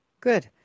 Good